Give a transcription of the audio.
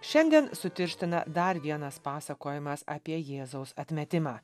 šiandien sutirština dar vienas pasakojimas apie jėzaus atmetimą